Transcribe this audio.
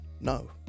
No